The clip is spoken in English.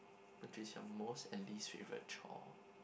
which is your most and least favourite chore